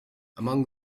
among